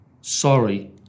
Sorry